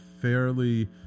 fairly